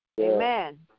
Amen